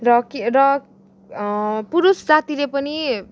र के र पुरुष जातिले पनि